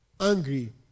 angry